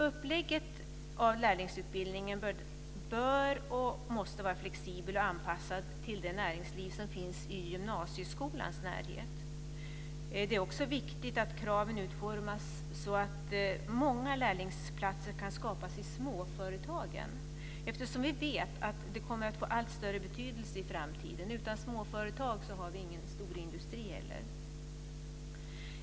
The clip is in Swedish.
Upplägget av lärlingsutbildningen måste vara flexibelt och anpassat till det näringsliv som finns i gymnasieskolans närhet. Det är också viktigt att kraven utformas så att många lärlingsplatser kan skapas i småföretagen, eftersom vi vet att de kommer att få allt större betydelse i framtiden. Utan småföretag har vi ingen storindustri heller.